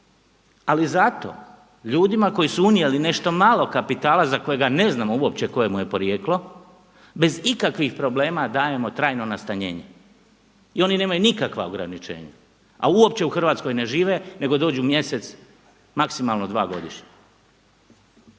Ali zato ljudima koji su unijeli nešto malo kapitala za kojega ne znamo uopće koje mu je porijeklo bez ikakvih problema dajemo trajno nastanjenje i oni nemaju nikakva ograničenja a uopće u Hrvatskoj ne žive nego dođu mjesec, maksimalno dva godišnje.